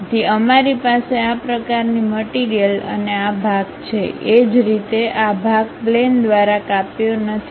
તેથી અમારી પાસે આ પ્રકારની મટીરીયલ અને આ ભાગ છે એ જ રીતે આ ભાગ પ્લેન દ્વારા કાપ્યો નથી